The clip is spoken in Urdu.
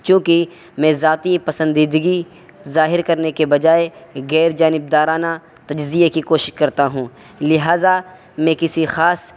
چونکہ میں ذاتی پسندیدگی ظاہر کرنے کے بجائے غیر جانبدارانہ تجزیے کی کوشش کرتا ہوں لہٰذا میں کسی خاص